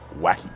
wacky